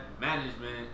management